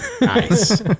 Nice